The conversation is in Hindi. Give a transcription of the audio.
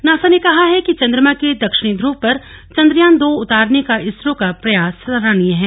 नासा ने कहा है कि चन्द्रमा के दक्षिणी ध्रूव पर चन्द्रयान दो उतारने का इसरो का प्रयास सराहनीय है